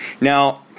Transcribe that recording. Now